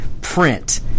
print